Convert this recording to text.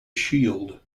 shield